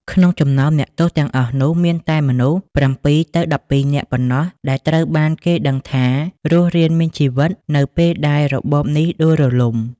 ក្នុងចំណោមអ្នកទោសទាំងអស់នោះ មានតែមនុស្ស ៧ទៅ១២ នាក់ប៉ុណ្ណោះដែលត្រូវបានគេដឹងថារស់រានមានជីវិតនៅពេលដែលរបបនេះដួលរលំ។